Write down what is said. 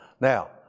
Now